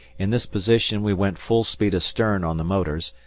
in this position we went full speed astern on the motors,